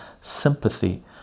sympathy